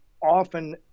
often